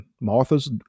Martha's